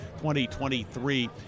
2023